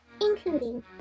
including